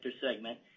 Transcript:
segment